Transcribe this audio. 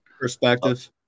Perspective